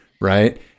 Right